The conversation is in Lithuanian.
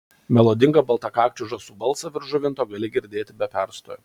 melodingą baltakakčių žąsų balsą virš žuvinto gali girdėti be perstojo